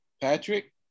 Patrick